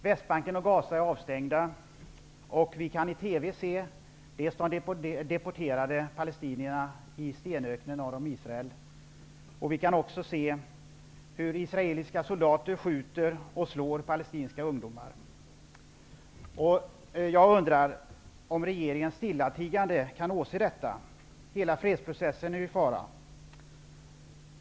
Västbanken och Gaza är avstängda, och vi kan i TV se dels de deporterade palestinierna i stenöknen norr om Israel, dels hur israeliska soldater skjuter och slår palestinska ungdomar. Jag undrar om regeringen stillatigande kan åse detta. Hela fredsprocessen är i fara.